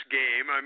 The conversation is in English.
game